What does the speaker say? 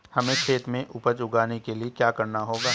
हमें खेत में उपज उगाने के लिये क्या करना होगा?